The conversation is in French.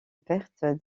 perthes